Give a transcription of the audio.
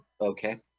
Okay